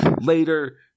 Later